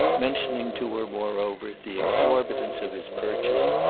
mentioning to her moreover the exorbitance of his purchase,